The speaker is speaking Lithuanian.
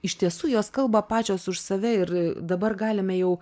iš tiesų jos kalba pačios už save ir dabar galime jau